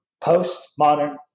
post-modern